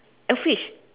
uh fish